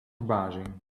verbazing